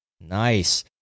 Nice